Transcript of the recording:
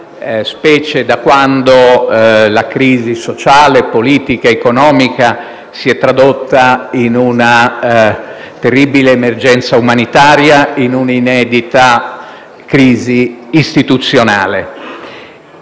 specie da quando la crisi sociale, politica ed economica si è tradotta in una terribile emergenza umanitaria e in un'inedita crisi istituzionale.